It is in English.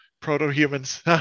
proto-humans